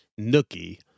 nookie